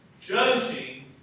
judging